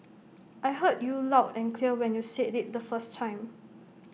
I heard you loud and clear when you said IT the first time